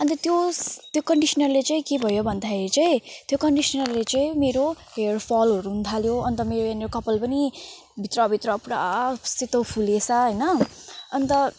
अन्त त्यो त्यो कन्डिस्नरले चाहिँ के भयो भन्दाखेरि चाहिँ त्यो कन्डिस्नरले चाहिँ मेरो हेयरफलहरू हुनु थाल्यो अन्त मेरो यहाँनेर कपाल पनि भित्र भित्र पुरा सेतो फुलेछ होइन अन्त